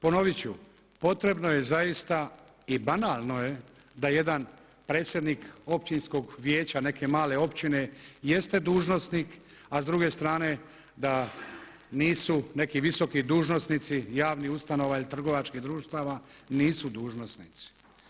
Ponovit ću, potrebno je zaista i banalno je da jedan predsjednik općinskog vijeća neke male općine jeste dužnosnik, a s druge strane da nisu neki visoki dužnosnici javnih ustanova ili trgovačkih društava nisu dužnosnici.